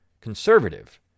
conservative